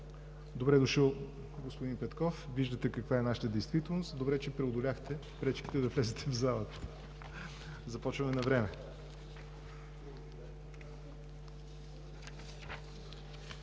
Добре дошъл, господин Петков. Виждате каква е нашата действителност. Добре, че преодоляхте пречките да влезете в залата. Започваме навреме.